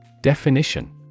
Definition